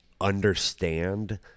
understand